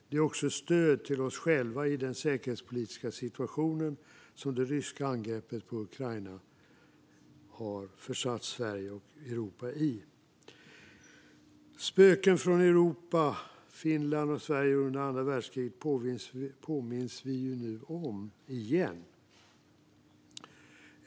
Det är också ett stöd till oss själva i den säkerhetspolitiska situation som det ryska angreppet på Ukraina har försatt Sverige och Europa i. Spöken från Europa, Finland och Sverige under andra världskriget påminns vi om igen.